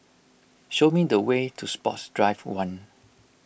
show me the way to Sports Drive one